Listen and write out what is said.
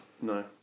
No